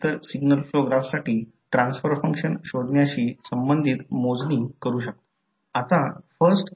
तर दुसरी गोष्ट अशी आहे की म्हणूनच ते M di2 dt असे आहे कारण येथे करंट i2 आहे परंतु येथे करंट आहे जर योगायोगाने करंट येथे ठेवले तर तो डॉट असेल